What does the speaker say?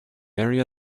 area